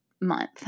month